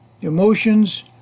Emotions